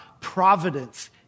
providence